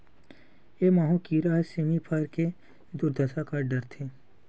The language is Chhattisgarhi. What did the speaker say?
ए माहो कीरा ह सेमी फर के दुरदसा कर डरथे